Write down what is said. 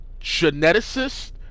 geneticist